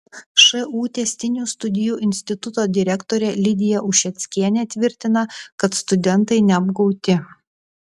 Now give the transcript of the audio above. šu tęstinių studijų instituto direktorė lidija ušeckienė tvirtina kad studentai neapgauti